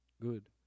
Good